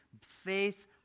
faith